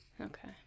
Okay